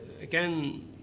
Again